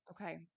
Okay